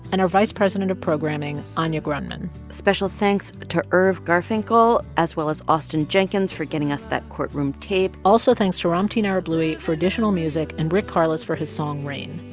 and our vice president of programming anya grundmann special thanks to irv garfinkel, as well as austin jenkins for getting us that courtroom tape also thanks to ramtin arablouei for additional music and rick carlos for his song rain.